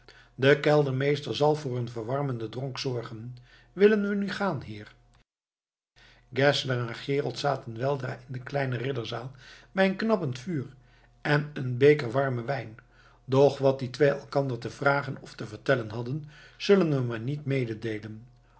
de keldermeester zal voor een verwarmenden dronk zorgen willen we nu gaan heer geszler en gerold zaten weldra in de kleine ridderzaal bij een knappend vuur en een beker warmen wijn doch wat die twee elkander te vragen of te vertellen hadden zullen we maar niet mededeelen